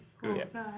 Good